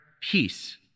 peace